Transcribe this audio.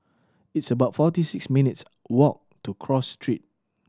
it's about forty six minutes' walk to Cross Street